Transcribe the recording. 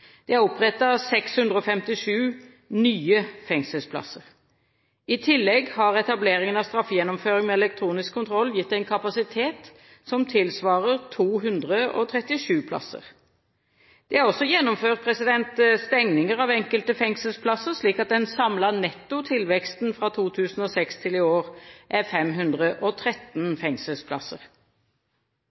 Det er opprettet 657 nye fengselsplasser. I tillegg har etableringen av straffegjennomføring med elektronisk kontroll gitt en kapasitet som tilsvarer 237 plasser. Det er også gjennomført stengninger av enkelte fengselsplasser, slik at den samlede netto tilveksten fra 2006 til i år er 513 fengselsplasser.